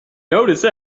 notice